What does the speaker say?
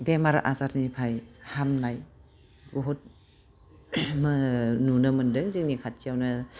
बेमार आजारनिफ्राय हामनाय बुहुत नुनो मोन्दों जोंनि खाथियावनो